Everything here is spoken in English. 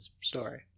story